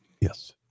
Yes